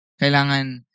Kailangan